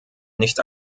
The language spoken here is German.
nicht